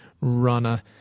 runner